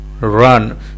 run